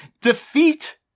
defeat